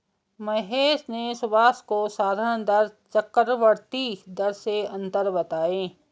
महेश ने सुभाष को साधारण दर चक्रवर्ती दर में अंतर बताएं